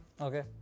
Okay